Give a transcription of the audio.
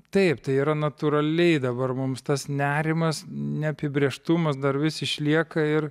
taip tai yra natūraliai dabar mums tas nerimas neapibrėžtumas dar vis išlieka ir